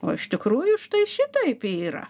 o iš tikrųjų štai šitaip yra